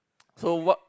so what